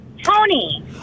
Tony